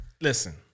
Listen